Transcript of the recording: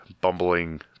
bumbling